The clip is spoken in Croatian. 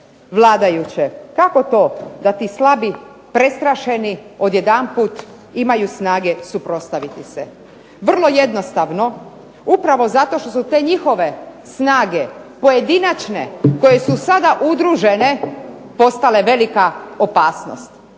vladajuće. Kako to da ti slabi, prestrašeni odjedanput imaju snage suprotstaviti se. Vrlo jednostavno. Upravo zato što su te njihove snage pojedinačne koje su sada udružene postala velika opasnost.